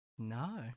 No